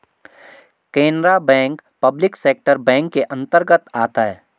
Canara bank public sector bank के अंतर्गत आता है